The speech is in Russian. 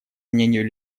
мнению